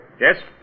Yes